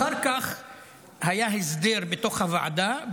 אחר כך היה הסדר בתוך הוועדה,